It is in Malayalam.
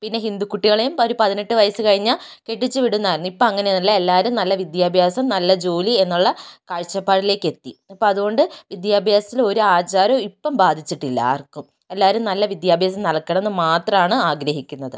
പിന്നെ ഹിന്ദു കുട്ടികളെയും ഒരു പതിനെട്ട് വയസ്സ് കഴിഞ്ഞാൽ കെട്ടിച്ച് വിടുമായിരുന്നു ഇപ്പം അങ്ങനെയല്ല എല്ലാവരും നല്ല വിദ്യാഭ്യാസം നല്ല ജോലി എന്നുള്ള കാഴ്ച്ചപ്പാടിലേക്ക് എത്തി ഇപ്പതുകൊണ്ട് വിദ്യാഭ്യാസത്തിൽ ഒരാചാരവും ഇപ്പം ബാധിച്ചിട്ടില്ല ആർക്കും എല്ലാവരും നല്ല വിദ്യാഭ്യാസം നൽകണം എന്ന് മാത്രമാണ് ആഗ്രഹിക്കുന്നത്